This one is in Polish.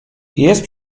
jest